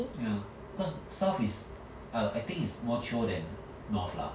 ya cause south is I think is more chio than north lah